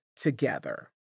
together